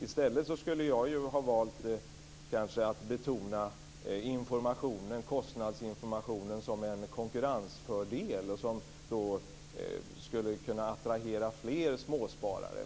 I stället skulle jag ha valt att betona kostnadsinformationen som en konkurrensfördel, som skulle kunna attrahera fler småsparare.